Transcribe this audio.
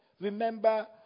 remember